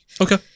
Okay